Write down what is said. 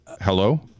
Hello